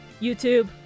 YouTube